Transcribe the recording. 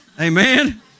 Amen